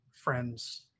friends